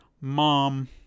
mom